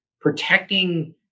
protecting